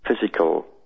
physical